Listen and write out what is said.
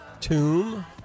tomb